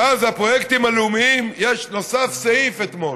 ואז, לפרויקטים הלאומיים נוסף סעיף אתמול,